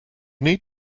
need